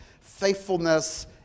faithfulness